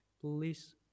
Please